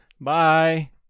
Bye